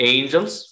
Angels